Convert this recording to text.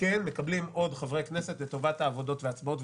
כן מקבלים עוד חברי כנסת לטובת העבודות וההצבעות,